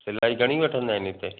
सिलाई घणी वठंदा आहिनि हिते